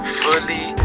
fully